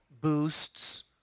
boosts